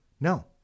No